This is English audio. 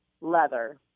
Leather